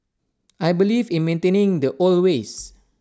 I believe in maintaining the old ways